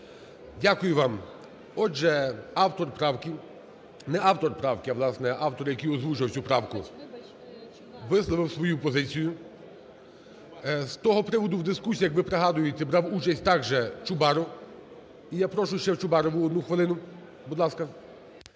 Дякую вам. Отже, автор правки, не автор правки, а, власне, автор, який озвучував цю правку, висловив свою позицію. З того приводу в дискусіях, ви пригадуєте, брав участь такожЧубаров. І я прошу ще Чубарову одну хвилину, будь ласка.